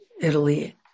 Italy